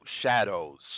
Shadows